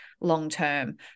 long-term